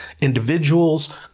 individuals